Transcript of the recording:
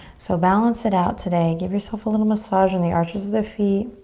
so balance it out today. give yourself a little massage on the arches of the feet.